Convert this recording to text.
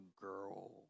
girl